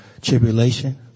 Tribulation